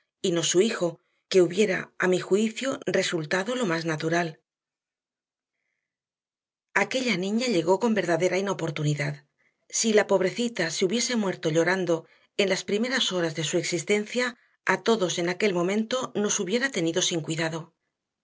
y no su hijo que hubiera a mi juicio resultado lo más natural aquella niña llegó con verdadera inoportunidad si la pobrecita se hubiese muerto llorando en las primeras horas de su existencia a todos en aquel momento nos hubiera tenido sin cuidado